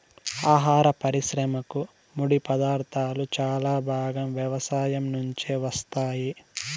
ఆహార పరిశ్రమకు ముడిపదార్థాలు చాలా భాగం వ్యవసాయం నుంచే వస్తాయి